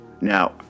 Now